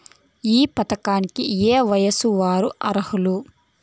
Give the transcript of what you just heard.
ఈ పథకానికి ఏయే వయస్సు వారు అర్హులు?